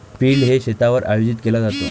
field day शेतावर आयोजित केला जातो